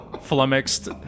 flummoxed